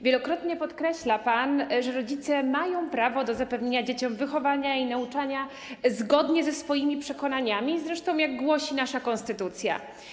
Wielokrotnie podkreśla pan, że rodzice mają prawo do zapewnienia dzieciom wychowania i nauczania zgodnie ze swoimi przekonaniami, zresztą jak głosi nasza konstytucja.